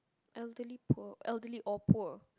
elderly poor elderly or poor